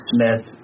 Smith